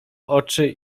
oczy